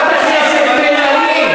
מירב בן ארי.